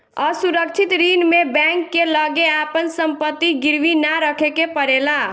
असुरक्षित ऋण में बैंक के लगे आपन संपत्ति गिरवी ना रखे के पड़ेला